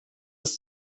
das